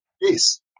Yes